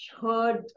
heard